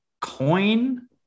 Coin